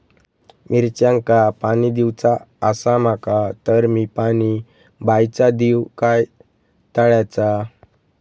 मिरचांका पाणी दिवचा आसा माका तर मी पाणी बायचा दिव काय तळ्याचा?